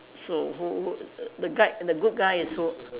so who the guy the good guy is who